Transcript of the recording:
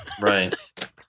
Right